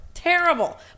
Terrible